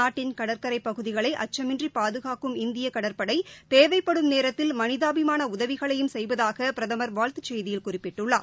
நாட்டின் கடற்கரைப் பகுதிகளைஅச்சமின்றிபாதுகாக்கும் இந்தியகடற்படைதேவைப்படும் நேரத்தில் மனிதாபிமானஉதவிகளையும் செய்வதாகபிரதமா் வாழ்த்துக் செய்தியில் குறிப்பிட்டுள்ளார்